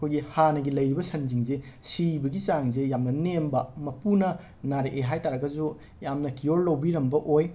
ꯑꯩꯈꯣꯏꯒꯤ ꯍꯥꯟꯅꯒꯤ ꯂꯩꯔꯤꯕ ꯁꯟꯁꯤꯡꯁꯦ ꯁꯤꯕꯒꯤ ꯆꯥꯡꯁꯦ ꯌꯥꯝꯅ ꯅꯦꯝꯕ ꯃꯄꯨꯅ ꯅꯥꯔꯛꯑꯦ ꯍꯥꯏꯇꯥꯔꯒꯁꯨ ꯌꯥꯝꯅ ꯀ꯭ꯌꯣꯔ ꯂꯧꯕꯤꯔꯝꯕ ꯑꯣꯏ